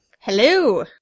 Hello